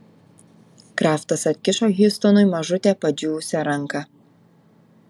kraftas atkišo hiustonui mažutę padžiūvusią ranką